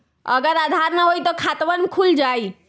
अगर आधार न होई त खातवन खुल जाई?